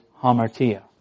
hamartia